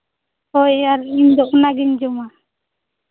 ᱦᱳᱭ ᱟᱨ ᱤᱧᱫᱚ ᱚᱱᱟᱜᱤᱧ ᱡᱚᱢᱟ